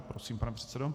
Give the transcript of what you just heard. Prosím, pane předsedo.